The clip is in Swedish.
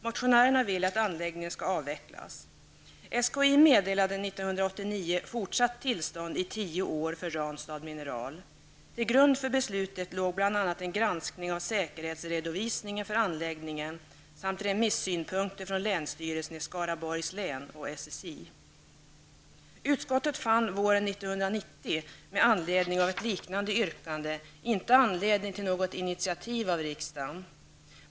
Motionärerna vill att anläggningen skall avvecklas. SKI meddelade 1989 fortsatt tillstånd i tio år för Ranstad Mineral. Till grund för beslutet låg bl.a. en granskning av säkerhetsredovisningen för anläggningen samt remissynpunkter från länsstyrelsen i Skaraborgs län och SSI. Utskottet fann våren 1990 med anledning av ett liknande yrkande inte anledning till något initiativ av riksdagen.